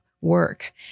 work